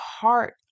heart